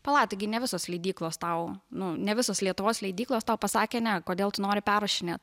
pala tai gi ne visos leidyklos tau nu ne visos lietuvos leidyklos tau pasakė ne kodėl tu nori perrašinėt